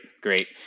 great